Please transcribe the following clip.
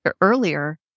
earlier